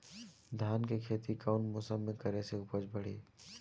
धान के खेती कौन मौसम में करे से उपज बढ़ी?